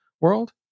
world